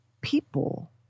people